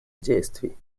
действий